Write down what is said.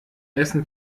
essen